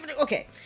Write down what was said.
Okay